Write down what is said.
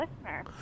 listener